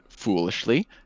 foolishly